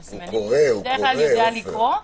הסימנים, בדרך כלל יודע לקרוא.